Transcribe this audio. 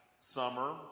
summer